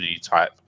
type